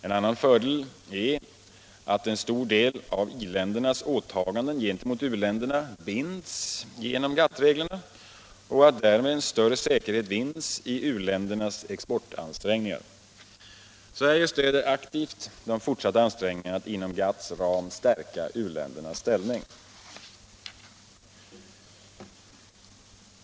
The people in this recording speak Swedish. En annan fördel är att en stor del av i-ländernas åtaganden gentemot u-länderna binds genom GATT-reglerna och att därmed en större säkerhet vinns i u-ländernas exportansträngningar. Sverige stöder aktivt de fortsatta ansträngningarna att inom GATT:s ram stärka u-ländernas ställning.